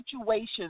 situations